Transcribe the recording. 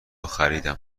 خریدم